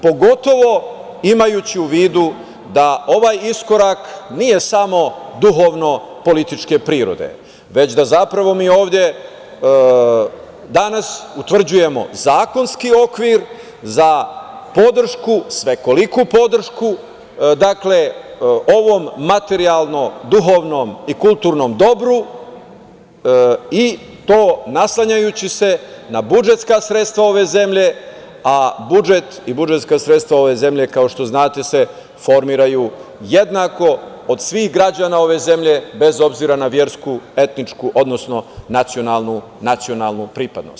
Pogotovo imajući u vidu da ovaj iskorak nije samo duhovno političke prirode, već da zapravo mi ovde danas utvrđujemo zakonski okvir za podršku, svekoliku podršku, ovom materijalnom, duhovnom i kulturnom dobru, i to naslanjajući se na budžetska sredstva ove zemlje, a budžet i budžetska sredstva ove zemlje kao što znate se formiraju jednako od svih građana ove zemlje bez obzira na versku, etničku, odnosno nacionalnu pripadnost.